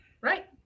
Right